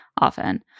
often